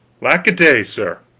lack-a-day, sir,